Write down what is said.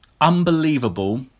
unbelievable